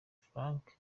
frank